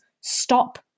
stop